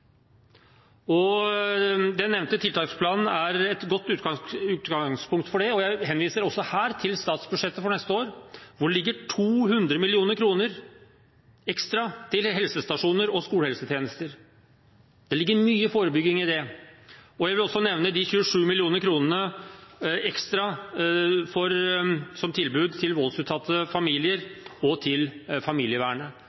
Den nevnte tiltaksplanen er et godt utgangspunkt for det, og jeg henviser også her til statsbudsjettet for neste år, hvor det ligger 200 mill. kr ekstra til helsestasjoner og skolehelsetjeneste. Det ligger mye forebygging i det. Jeg vil også nevne de 27 mill. kr. ekstra som tilbud til voldsutsatte